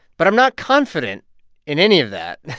but i'm not confident in any of that.